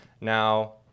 Now